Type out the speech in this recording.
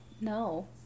No